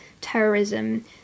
terrorism